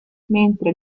mentre